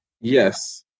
Yes